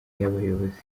y’abayobozi